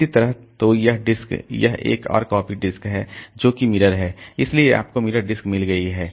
इसी तरह तो यह डिस्क यह एक और कॉपी डिस्क है जो कि मिरर है इसलिए आपको मिरर डिस्क मिल गई है